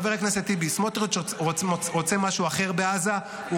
חבר הכנסת טיבי, סמוטריץ' רוצה משהו אחר בעזה.